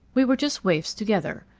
we were just waifs together.